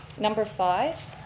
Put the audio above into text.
number five,